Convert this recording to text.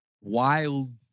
wild